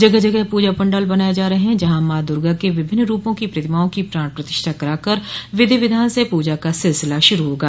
जगह जगह पूजा पंडाल बनाये जा रहे हैं जहां माँ दुर्गा क विभिन्न रूपों की प्रतिमाओं की प्राण प्रतिष्ठा कराकर विधि विधान से पूजा का सिलसिला शुरू होगा